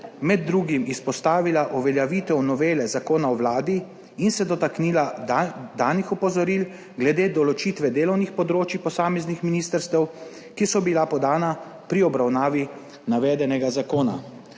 med drugim izpostavila uveljavitev novele Zakona o Vladi in se dotaknila danih opozoril glede določitve delovnih področij posameznih ministrstev, ki so bila podana pri obravnavi navedenega zakona.